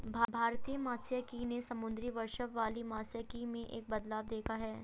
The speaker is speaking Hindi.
भारतीय मात्स्यिकी ने समुद्री वर्चस्व वाली मात्स्यिकी में एक बदलाव देखा है